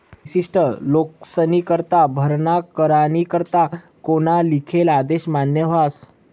विशिष्ट लोकेस्नीकरता भरणा करानी करता कोना लिखेल आदेश मान्य व्हस